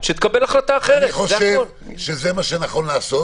זה לעשות שקר בנפשנו.